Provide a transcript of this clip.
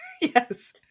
Yes